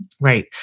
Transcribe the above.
Right